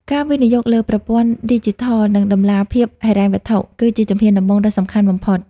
ការវិនិយោគលើ "ប្រព័ន្ធឌីជីថល និងតម្លាភាពហិរញ្ញវត្ថុ" គឺជាជំហានដំបូងដ៏សំខាន់បំផុត។